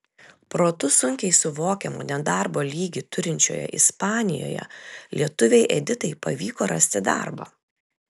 protu sunkiai suvokiamo nedarbo lygį turinčioje ispanijoje lietuvei editai pavyko rasti darbą